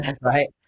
right